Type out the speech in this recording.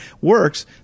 works